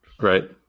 Right